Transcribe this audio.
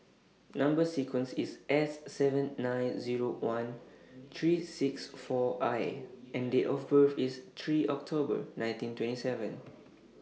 Number sequence IS S seven nine Zero one three six four I and Date of birth IS three October nineteen twenty seven